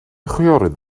chwiorydd